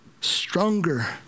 stronger